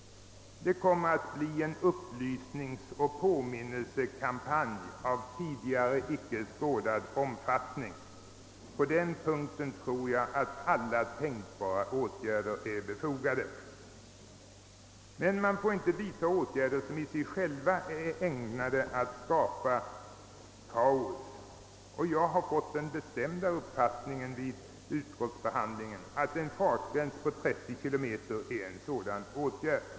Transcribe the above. Det kommer att bli en upplysningsoch påminnelsekampanj av tidigare icke skådad omfattning. På den punkten tror jag att alla tänkbara åtgärder är befogade. Men man får inte vidta åtgärder som i sig själva är ägna de att skapa kaos. Jag har vid utskottsbehandlingen fått den bestämda uppfattningen att fastställandet av en fartgräns på 30 km är en sådan åtgärd.